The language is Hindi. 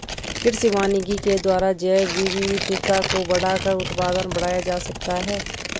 कृषि वानिकी के द्वारा जैवविविधता को बढ़ाकर उत्पादन बढ़ाया जा सकता है